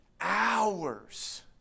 hours